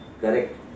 Correct